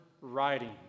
writing